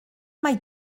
mai